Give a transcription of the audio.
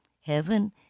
heaven